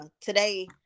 today